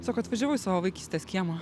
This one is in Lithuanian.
sako atvažiavau į savo vaikystės kiemą